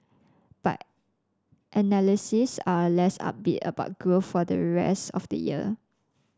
but are less upbeat about growth for the rest of the year